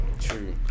True